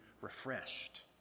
refreshed